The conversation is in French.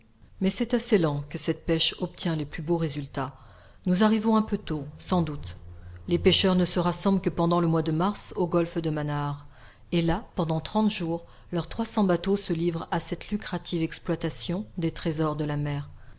mais c'est à ceylan que cette pêche obtient les plus beaux résultats nous arrivons un peu tôt sans doute les pêcheurs ne se rassemblent que pendant le mois de mars au golfe de manaar et là pendant trente jours leurs trois cents bateaux se livrent à cette lucrative exploitation des trésors de la mer